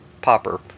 popper